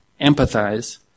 empathize